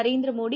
Narendra Modi